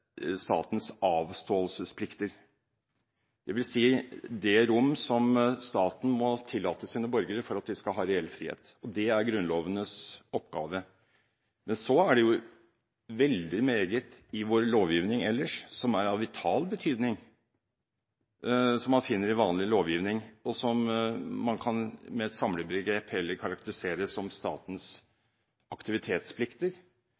statens avståelsesplikter, dvs. det rom som staten må tillate sine borgere for at de skal ha reell frihet. Dette er Grunnlovens oppgave. Men så er det jo veldig meget i vår lovgivning ellers som er av vital betydning, som man finner i vanlig lovgivning, og som man med et samlebegrep heller kan karakterisere som